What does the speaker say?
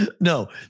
no